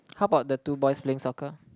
how about the two boys playing soccer